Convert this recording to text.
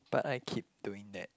but I keep doing that